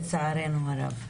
לצערנו הרב.